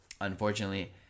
unfortunately